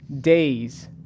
days